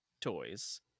toys